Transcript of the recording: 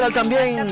también